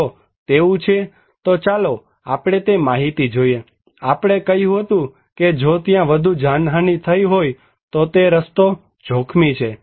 જો તેવું છે તો ચાલો આપણે તે માહિતી જોઈએ આપણે કહ્યું હતું કે જો ત્યાં વધુ જાનહાનિ થઈ હોય તોતે રસ્તો જોખમી છે